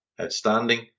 Outstanding